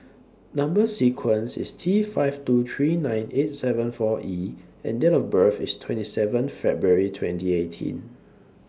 Number sequence IS T five two three nine eight seven four E and Date of birth IS twenty seven February twenty eighteen